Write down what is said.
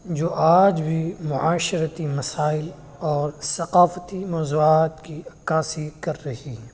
جو آج بھی معاشرتی مسائل اور ثقافتی موضوعات کی عکاسی کر رہی ہیں